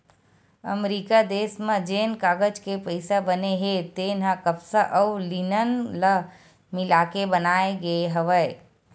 अमरिका देस म जेन कागज के पइसा बने हे तेन ह कपसा अउ लिनन ल मिलाके बनाए गे हवय